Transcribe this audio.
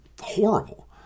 horrible